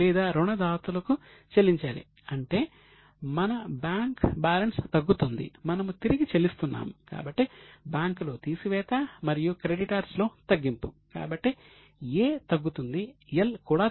మీరు అర్థం చేసుకున్నారా